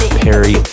perry